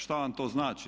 Što vam to znači?